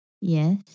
Yes